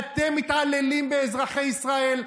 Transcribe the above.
אתם מתעללים באזרחי ישראל.